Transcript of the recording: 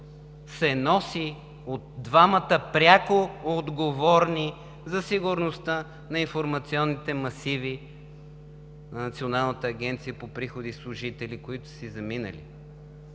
се носи от двамата пряко отговорни за сигурността на информационните масиви на Националната агенция за приходите служители, които са си заминали.